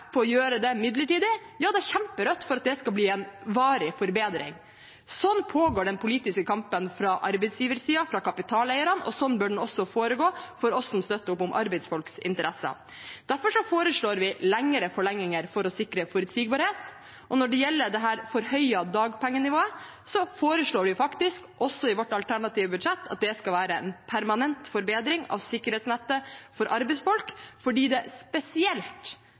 på å gjøre det midlertidig, ja da kjemper Rødt for at det skal bli en varig forbedring. Sånn pågår den politiske kampen fra arbeidsgiversiden, fra kapitaleierne, og sånn bør den også foregå for oss som støtter opp om arbeidsfolks interesser. Derfor foreslår vi lengre forlenging for å sikre forutsigbarhet, og når det gjelder det forhøyede dagpengenivået, foreslår vi faktisk også i vårt alternative budsjett at det skal være en permanent forbedring av sikkerhetsnettet for arbeidsfolk fordi det helt spesielt